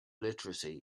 literacy